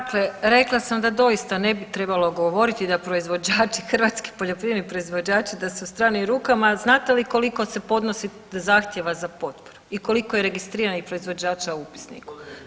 Dakle, rekla sam da doista ne bi trebalo govoriti da proizvođači, hrvatski poljoprivredni proizvođači da su u stranim rukama, a znate li koliko se podnosi zahtjeva za potporu i koliko je registriranih proizvođača u upisniku?